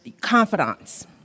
confidants